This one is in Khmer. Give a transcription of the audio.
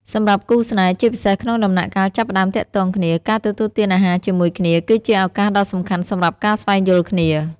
សម្រាប់គូស្នេហ៍ ជាពិសេសក្នុងដំណាក់កាលចាប់ផ្តើមទាក់ទងគ្នា ការទទួលទានអាហារជាមួយគ្នា គឺជា ឱកាសដ៏សំខាន់សម្រាប់ការស្វែងយល់គ្នា។